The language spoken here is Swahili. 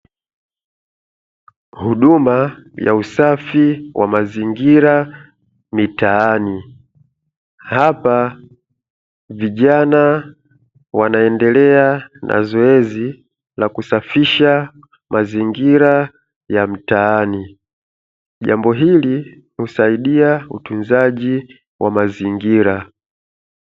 Huduma ya usafi wa mazingira mitaani, hapa vijana wanaendelea na zoezi la kusafisha mazingira ya mtaani. Jambo hili husaidia utunzaji wa mazingira.